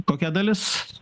kokia dalis